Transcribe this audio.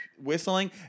whistling